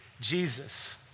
Jesus